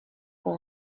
pour